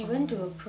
oh